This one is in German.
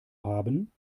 haben